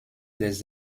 des